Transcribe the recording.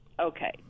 okay